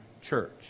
church